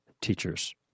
teachers